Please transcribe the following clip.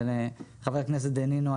ולחבר הכנסת דנינו,